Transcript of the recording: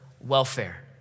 welfare